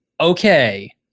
okay